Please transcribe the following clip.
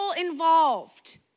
involved